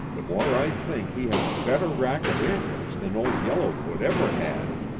the more i think he has a better rack of antlers than old yellowfoot ever had.